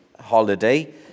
holiday